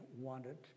wanted